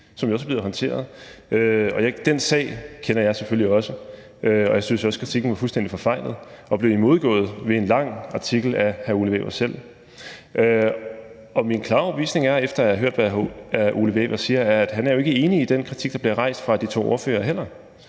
som jo også er blevet håndteret. Den sag kender jeg selvfølgelig også, og jeg synes også, at kritikken var fuldstændig forfejlet; og den blev imødegået ved en lang artikel af Ole Wæver selv. Min klare overbevisning er, efter at jeg har hørt, hvad Ole Wæver siger, at han jo heller ikke er enig i den kritik, der bliver rejst fra de to ordføreres